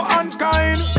unkind